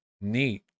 Neat